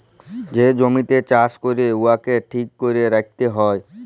যে জমিতে চাষ ক্যরে উয়াকে ঠিক ক্যরে রাইখতে হ্যয়